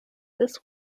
this